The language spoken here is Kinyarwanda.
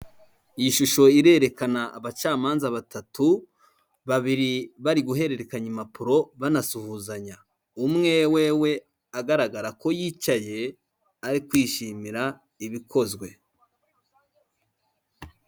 Iyi shusho irerekana abacamanza batatu, babiri bari guhererekanya impapuro, banasuhuzanya. Umwe wewe agaragara ko yicaye, ari kwishimira ibikozwe.